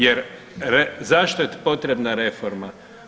Jer zašto je potrebna reforma?